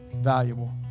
valuable